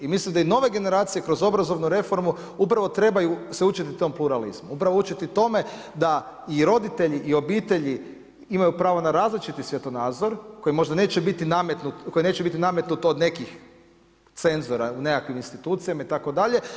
I mislim da i nove generacije kroz obrazovnu reformu upravo trebaju se učiti tom pluralizmu, upravo učiti tome da i roditelji i obitelji imaju pravo na različiti svjetonazor koji možda neće biti nametnut, koji neće biti nametnut od nekih cenzora u nekakvim institucijama itd.